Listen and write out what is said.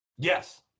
yes